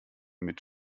mit